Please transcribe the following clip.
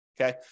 Okay